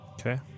okay